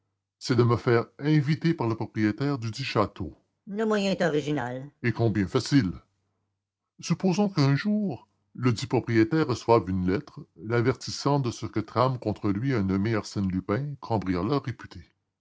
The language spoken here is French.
c'est de me faire inviter par le propriétaire du dit château le moyen est original et combien facile supposons qu'un jour ledit propriétaire reçoive une lettre l'avertissant de ce que trame contre lui un nommé arsène lupin cambrioleur réputé